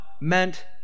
meant